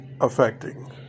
affecting